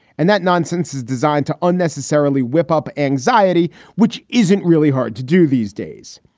and that nonsense is designed to unnecessarily whip up anxiety, which isn't really hard to do these days.